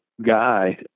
guy